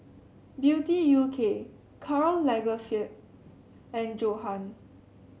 Beauty U K Karl Lagerfeld and Johan